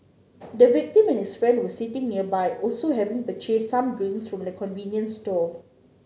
the victim and his friend were sitting nearby also having purchased some drinks from the convenience store